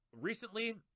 Recently